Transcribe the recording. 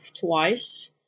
twice